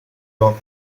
york